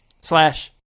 slash